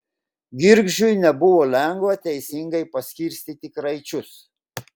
girgždžiui nebuvo lengva teisingai paskirstyti kraičius